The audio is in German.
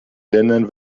ländern